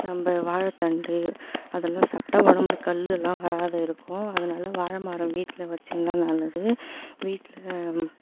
நம்ம வாழைத்தண்டு அதெல்லாம் சாப்ட்டா உடம்புல கல் எல்லாம் வராது இருக்கும் அதனால் வாழைமரம் வீட்டில் வச்சிருந்தால் நல்லது வீட்டில்